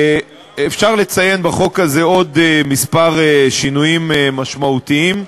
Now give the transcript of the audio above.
אפשר לציין בחוק הזה עוד כמה שינויים משמעותיים,